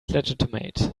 legitimate